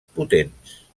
potents